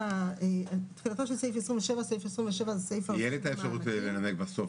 תהיה לי את האפשרות לנמק בסוף?